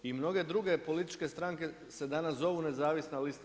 I mnoge druge političke stranke se danas zovu nezavisna lista.